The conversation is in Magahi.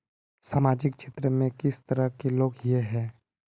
सामाजिक क्षेत्र में किस तरह के लोग हिये है?